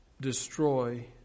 destroy